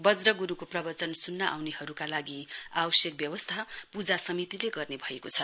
बज्र गुरूको प्रवचन सुन्न आउनेहरूका लागि आवश्यक व्यवस्था पूजा समितिले गर्ने भएको छ